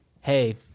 hey